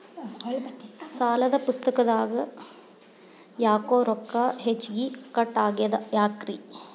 ಸಾಲದ ಪುಸ್ತಕದಾಗ ಯಾಕೊ ರೊಕ್ಕ ಹೆಚ್ಚಿಗಿ ಕಟ್ ಆಗೆದ ಯಾಕ್ರಿ?